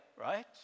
right